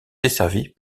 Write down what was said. desservie